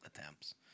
attempts